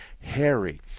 Harry